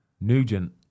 Nugent